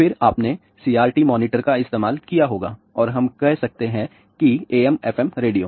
फिर आपने CRT monitor का इस्तेमाल किया होगा और हम कह सकते हैं कि AM FM रेडियो